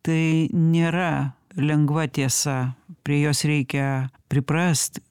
tai nėra lengva tiesa prie jos reikia priprast